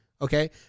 Okay